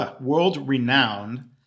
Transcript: world-renowned